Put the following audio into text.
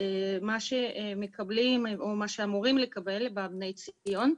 במה שמקבלים או אמורים לקבל בבני ציון,